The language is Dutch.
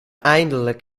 eindelijk